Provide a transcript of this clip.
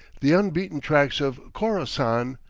the unbeaten tracks of khorassan.